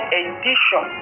edition